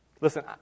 Listen